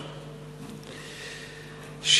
תודה,